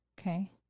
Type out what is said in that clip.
Okay